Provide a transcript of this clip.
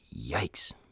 yikes